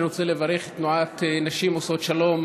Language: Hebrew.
אני רוצה לברך את תנועת נשים עושות שלום.